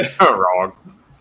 Wrong